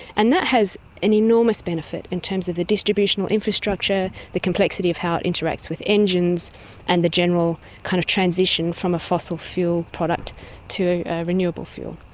and that has an enormous benefit in terms of the distributional infrastructure, the complexity of how it interacts with engines and the general kind of transition from a fossil fuel product to a renewable fuel.